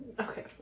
Okay